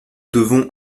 devons